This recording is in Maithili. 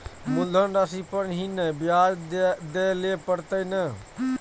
मुलधन राशि पर ही नै ब्याज दै लै परतें ने?